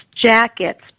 jackets